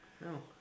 No